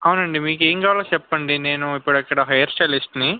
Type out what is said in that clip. అవునండి మీకు ఏం కావాలో చెప్పండి నేను ఇప్పుడు ఇక్కడ హెయిర్ స్టైలిస్ట్ని